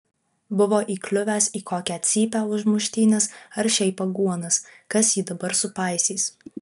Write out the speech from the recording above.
buvo įkliuvęs į kokią cypę už muštynes ar šiaip aguonas kas jį dabar supaisys